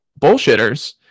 Bullshitters